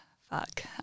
fuck